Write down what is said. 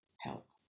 help